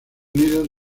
nidos